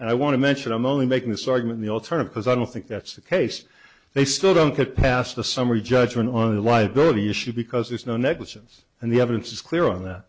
and i want to mention i'm only making this argument the alternative is i don't think that's the case they still don't get past the summary judgment on the liability issue because there's no negligence and the evidence is clear on that